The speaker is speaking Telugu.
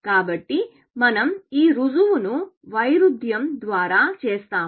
కాబట్టి మనం ఈ రుజువును వైరుధ్యం ద్వారా చేస్తాము